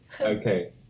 Okay